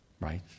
right